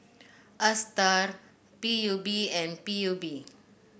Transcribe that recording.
Astar P U B and P U B